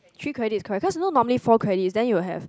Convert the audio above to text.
three credit correct cause normally four credit then you have